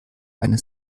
eine